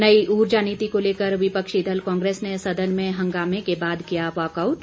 नई उर्जा नीति को लेकर विपक्षी दल कांग्रेस ने सदन में हंगामे के बाद किया वाकआउट